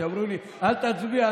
שאמרו לי: אל תצביע,